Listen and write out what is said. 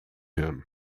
him